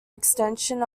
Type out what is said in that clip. extension